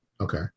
Okay